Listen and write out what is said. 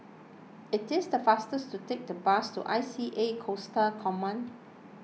it is the faster to take the bus to I C A Coastal Command